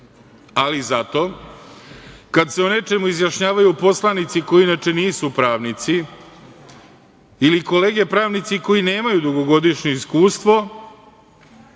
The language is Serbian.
ali zato kada se o nečemu izjašnjavaju poslanici koji inače nisu pravnici ili kolege pravnici koji nemaju dugogodišnje iskustvo